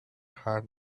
had